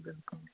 بِلکُل